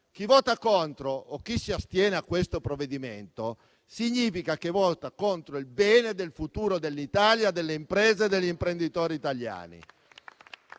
Chi vota contro o chi si astiene su questo provvedimento, vota contro il bene del futuro dell'Italia, delle imprese e degli imprenditori italiani